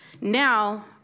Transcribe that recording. Now